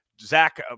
Zach